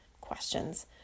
questions